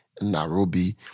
Nairobi